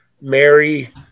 Mary